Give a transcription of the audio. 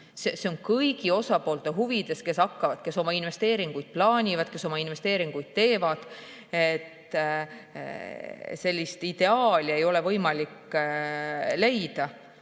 See on kõigi osapoolte huvides, kes oma investeeringuid plaanivad, kes oma investeeringuid teevad. Ideaali ei ole võimalik leida.